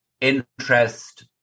interest